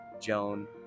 Joan